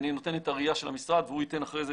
אני נותן את הראייה של המשרד והוא ייתן אחרי זה